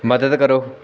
ਮਦਦ ਕਰੋ